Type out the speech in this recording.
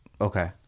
Okay